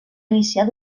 iniciar